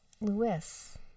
Lewis